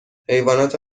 حیوانات